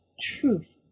truth